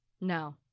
No